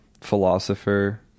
philosopher